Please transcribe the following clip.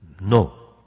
no